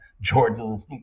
Jordan